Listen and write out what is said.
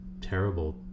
terrible